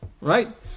Right